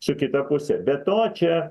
su kita puse be to čia